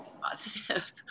positive